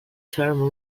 thermal